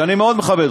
שאני מאוד מכבד,